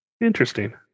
interesting